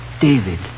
David